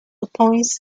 appoints